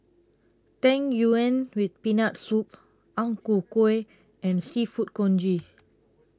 Tang Yuen with Peanut Soup Ang Ku Kueh and Seafood Congee